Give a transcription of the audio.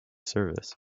service